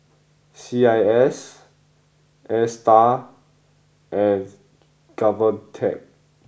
C I S Astar and Govtech